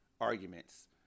arguments